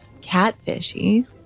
catfishy